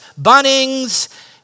Bunnings